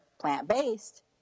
plant-based